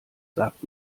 sagt